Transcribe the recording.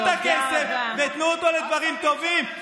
קחו את הכסף ותנו אותו לדברים טובים.